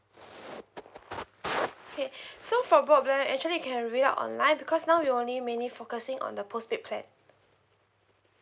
okay so for broadband plan actually you can read up online because now we only mainly focusing on the postpaid plan